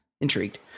Intrigued